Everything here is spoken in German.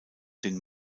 den